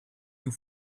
you